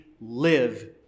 live